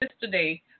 today